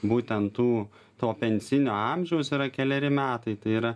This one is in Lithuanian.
būtent tų to pensinio amžiaus yra keleri metai tai yra